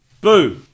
Boo